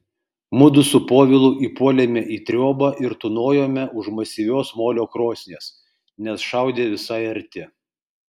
mudu su povilu įpuolėme į triobą ir tūnojome už masyvios molio krosnies nes šaudė visai arti